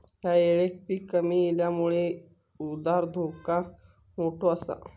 ह्या येळेक पीक कमी इल्यामुळे उधार धोका मोठो आसा